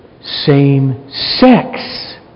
same-sex